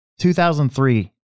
2003